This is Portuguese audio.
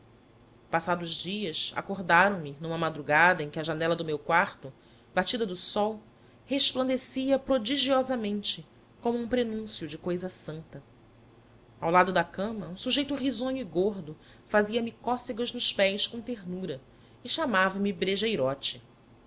senhor passados dias acordaram me numa madrugada em que a janela do meu quarto batida do sol resplandecia prodigiosamente como um prenúncio de cousa santa ao lado da cama um sujeito risonho e gordo fazia-me cócegas nos pés com ternura e chamava-me brejeirote